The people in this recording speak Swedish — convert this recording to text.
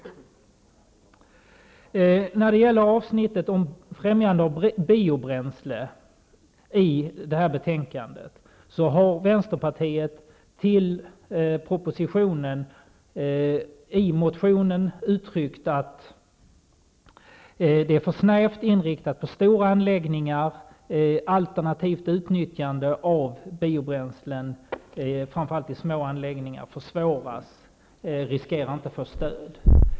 När det gäller avsnittet i utskottets betänkande om främjande av biobränsle har vänsterpartiet i motion väckt med anledning av propositionen uttryckt att förslaget är för snävt inriktat på stora anläggningar; alternativt utnyttjande av biobränslen framför allt i små anläggningar försvåras eller riskerar att inte få stöd.